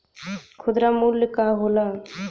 खुदरा मूल्य का होला?